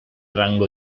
rango